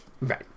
Right